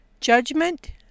Judgment